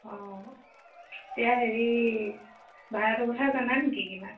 অঁ এতিয়া হেৰি ভাড়াটোৰ কথা জানা নেকি কিমান